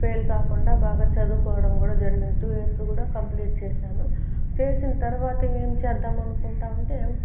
fail కాకుండా బాగా చదువుకోవడం జరిగింది టు ఇయర్స్ కూడా కంప్లీట్ చేసాను చేసిన తరువాత ఏమి చేద్దాం అనుకుంటా వుంటే